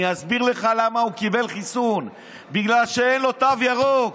אני אסביר לך למה הוא קיבל חיסון: בגלל שאין לו תו ירוק,